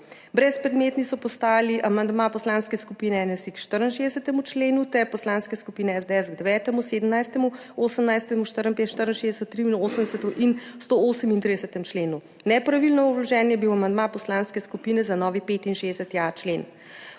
Brezpredmetni so postali amandma Poslanske skupine NSi k 64. členu ter Poslanske skupine SDS k 9., 17., 18., 54., 64., 83. in 138. členu. Nepravilno vložen je bil amandma poslanske skupine za novi 65.a člen.